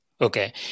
okay